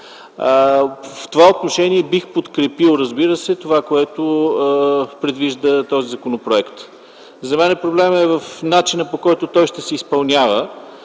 В това отношение бих подкрепил това, което предвижда този законопроект. За мен проблемът е в начина, по който той ще се изпълнява.